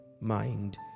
mind